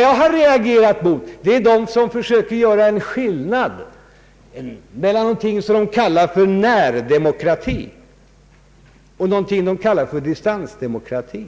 Jag har reagerat mot dem som försöker göra en skillnad mellan något som de kallar för närdemokrati och något som de kallar distansdemokrati.